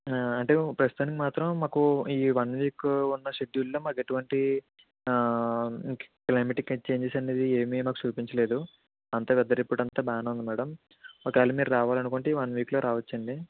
అంటే ప్రస్తుతానికి మాత్రం మాకు ఈ వన్ వీకు ఉన్న షెడ్యూల్లో మాకెటువంటి క్లయిమాటిక్ చేంజెస్ అనేది ఏమి మాకు చూపించలేదు అంత వెదర్ రిపోర్ట్ అంత బాగానే ఉంది మేడం ఒక వేళ మీరు రావాలనుకుంటే ఈ వన్ వీక్లో రావచ్చండి